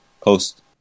post